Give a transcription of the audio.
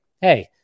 hey